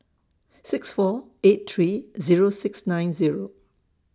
six four eight three Zero six nine Zero